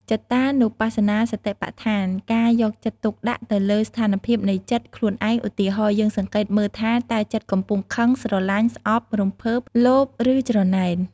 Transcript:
ចិត្តានុបស្សនាសតិប្បដ្ឋាន ការយកចិត្តទុកដាក់ទៅលើស្ថានភាពនៃ ចិត្ត ខ្លួនឯង ឧទាហរណ៍ យើងសង្កេតមើលថាតើចិត្តកំពុងខឹង ស្រលាញ់ ស្ងប់ រំភើប លោភ ឬច្រណែន។